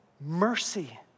mercy